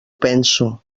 penso